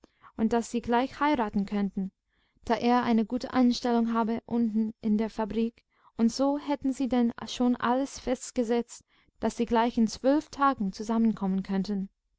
und daß sie gleich heiraten könnten da er eine gute anstellung habe unten in der fabrik und so hätten sie denn schon alles festgesetzt daß sie gleich in zwölf tagen zusammenkommen könnten